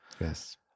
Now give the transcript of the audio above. Yes